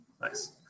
Nice